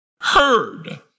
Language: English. heard